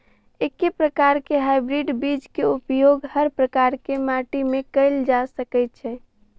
एके प्रकार केँ हाइब्रिड बीज केँ उपयोग हर प्रकार केँ माटि मे कैल जा सकय छै?